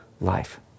life